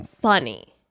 funny